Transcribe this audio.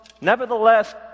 nevertheless